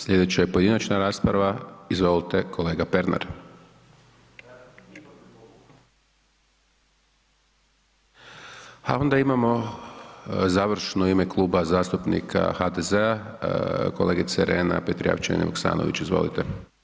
Sljedeća je pojedinačna rasprava, izvolite kolega Pernar, a onda imamo završno u ime Kluba zastupnika HDZ-a, kolegice Irena Petrijevčanin Vuksanović, izvolite.